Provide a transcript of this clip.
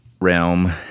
realm